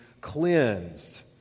cleansed